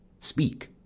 speak!